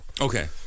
Okay